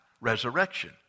resurrection